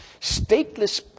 stateless